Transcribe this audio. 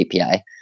API